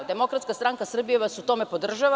Demokratska stranka Srbije vas u tome podržava.